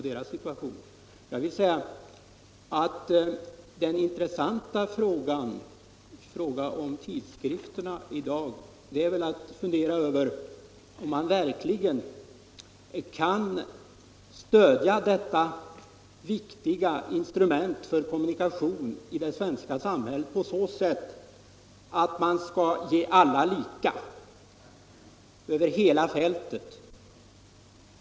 Det intressanta när det gäller tidskrifterna i dag är väl att fundera över om man verkligen kan stödja detta viktiga instrument för kommunikation i vårt samhälle på så sätt att man ger alla lika över hela fältet.